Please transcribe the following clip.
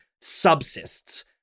subsists